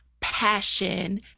passion